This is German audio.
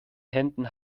händen